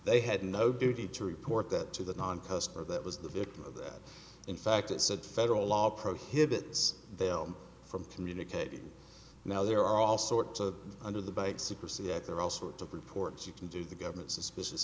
they had no duty to report that to the non customer that was the victim of that in fact it said federal law prohibits them from communicating now there are all sorts of under the bank secrecy that there are all sorts of reports you can do the government suspicious